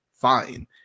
fine